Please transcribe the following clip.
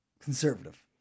Conservative